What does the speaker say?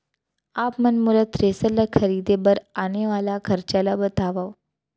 आप मन मोला थ्रेसर ल खरीदे बर आने वाला खरचा ल बतावव?